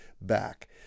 back